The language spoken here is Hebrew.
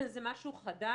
זה משהו חדש.